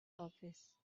office